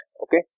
Okay